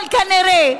אבל כנראה,